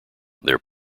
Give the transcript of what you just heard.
their